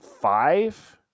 five